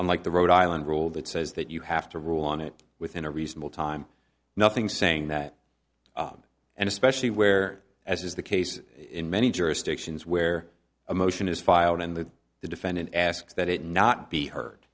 unlike the rhode island rule that says that you have to rule on it within a reasonable time nothing saying that and especially where as is the case in many jurisdictions where a motion is filed and the defendant asks that it not be h